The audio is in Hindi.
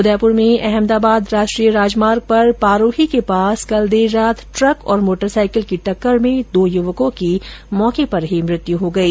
उदयपुर में अहमदाबाद राष्ट्रीय राजमार्ग पर पारोही के पास कल देर रात ट्रक और मोटरसाईकिल की टक्कर में दो युवकों की मौके पर ही मृत्यू हो गई